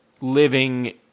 living